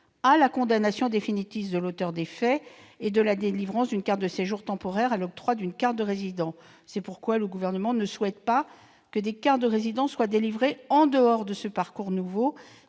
à la condamnation définitive de l'auteur des faits, et de la délivrance d'une carte de séjour temporaire à l'octroi d'une carte de résident. C'est pourquoi le Gouvernement ne souhaite pas que des cartes de résident soient délivrées en dehors de ce nouveau